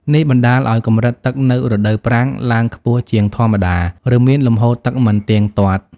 នេះបណ្តាលឱ្យកម្រិតទឹកនៅរដូវប្រាំងឡើងខ្ពស់ជាងធម្មតា ឬមានលំហូរទឹកមិនទៀងទាត់។